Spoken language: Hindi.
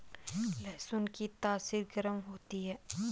लहसुन की तासीर गर्म होती है